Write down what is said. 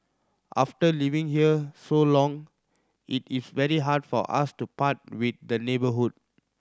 after living here so long it is very hard for us to part with the neighbourhood